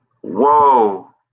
Whoa